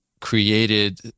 created